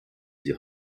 sie